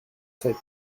sept